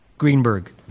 Greenberg